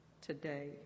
today